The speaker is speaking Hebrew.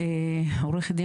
אני